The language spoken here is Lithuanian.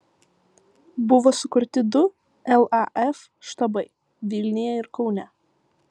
buvo sukurti du laf štabai vilniuje ir kaune